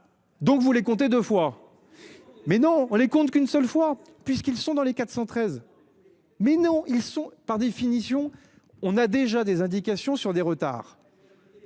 Donc vous les compter 2 fois. Mais non on les compte qu'une seule fois puisqu'ils sont dans les 413. Mais non ils sont, par définition, on a déjà des indications sur des retards.